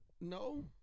No